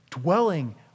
dwelling